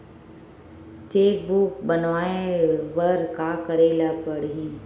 Cheque book बनवाय बर का करे ल पड़हि?